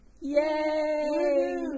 Yay